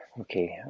Okay